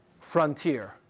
frontier